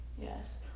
Yes